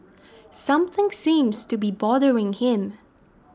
something seems to be bothering him